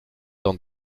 dans